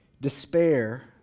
despair